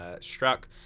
struck